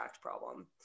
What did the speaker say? problem